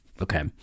Okay